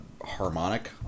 harmonic